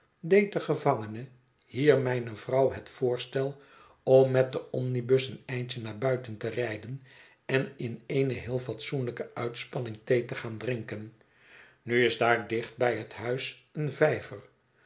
deed de gevangene hier mijne vrouw het voorstel om met den omnibus eén eindje naar buiten te rijden en in eene heel fatsoenlijke uitspanning thee te gaan drinken nu is daar dicht bij het huis een vijver